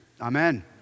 amen